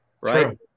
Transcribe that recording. right